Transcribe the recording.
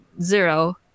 zero